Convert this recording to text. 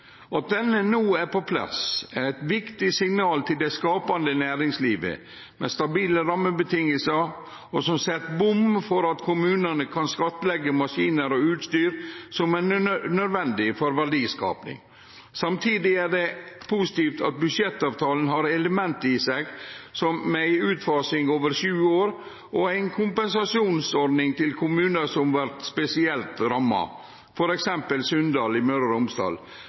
– at denne no er på plass, er eit viktig signal til det skapande næringslivet, med stabile rammevilkår, og som set bom for at kommunane kan skattleggje maskiner og utstyr som er nødvendig for verdiskaping. Samtidig er det positivt at budsjettavtalen har element i seg som f.eks. ei utfasing over sju år og ei kompensasjonsordning for kommunar som vert spesielt ramma, f.eks. Sunndal i Møre og Romsdal.